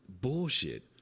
bullshit